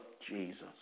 Jesus